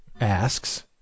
asks